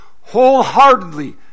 wholeheartedly